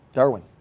darwin.